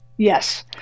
Yes